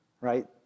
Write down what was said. right